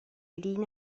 linee